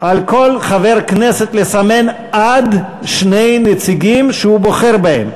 על כל חבר כנסת לסמן עד שני נציגים שהוא בוחר בהם.